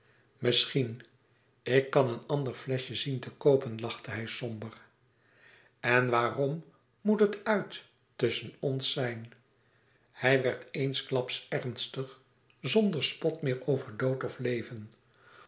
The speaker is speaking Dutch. misschien ik kan een ander fleschje zien te koopen lachte hij somber en waarom moet het uit tusschen ons zijn hij werd eensklaps ernstig zonder spot meer over dood of leven